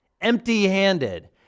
Empty-handed